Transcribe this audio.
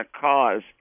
cause